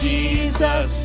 Jesus